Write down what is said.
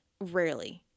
rarely